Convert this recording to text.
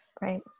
right